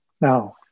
Now